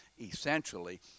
essentially